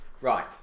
Right